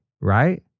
right